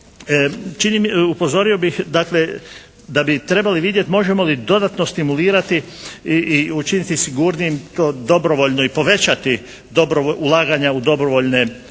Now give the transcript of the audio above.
upozorio bih dakle da bi trebali vidjeti možemo li dodatno stimulirati i učiniti sigurnijim to dobrovoljno i povećati ulaganja u dobrovoljne mirovinske